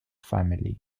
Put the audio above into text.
family